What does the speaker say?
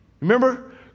remember